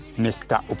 Mr